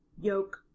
yoke